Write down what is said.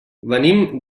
venim